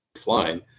flying